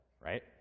right